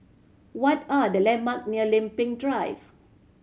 what are the landmark near Lempeng Drive